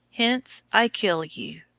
hence i kill you.